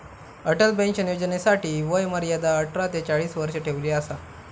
Atal pension योजनेसाठी वय मर्यादा अठरा ते चाळीस वर्ष ठेवली असा